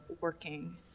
working